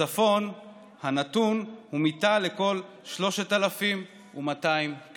בצפון הנתון הוא מיטה לכל 3,200 קשישים.